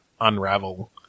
unravel